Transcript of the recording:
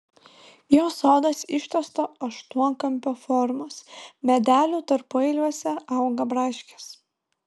jo sodas ištęsto aštuonkampio formos medelių tarpueiliuose auga braškės